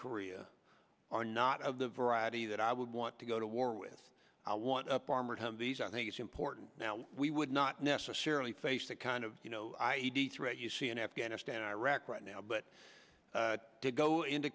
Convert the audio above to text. korea are not of the variety that i would want to go to war with i want up armored humvees i think it's important now we would not necessarily face that kind of you know i e d threat you see in afghanistan or iraq right now but to go into